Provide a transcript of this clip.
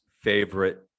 favorite